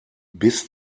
bis